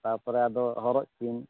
ᱛᱟᱯᱚᱨᱮ ᱟᱫᱚ ᱦᱚᱨᱚᱜ ᱪᱤᱱ